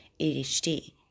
ADHD